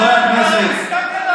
חברי הכנסת,